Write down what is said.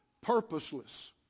purposeless